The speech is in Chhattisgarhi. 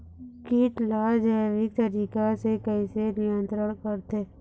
कीट ला जैविक तरीका से कैसे नियंत्रण करथे?